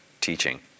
teaching